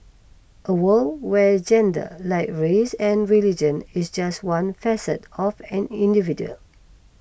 a world where gender like race and religion is just one facet of an individual